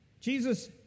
Jesus